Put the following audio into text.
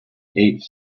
eight